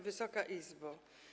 Wysoka Izbo!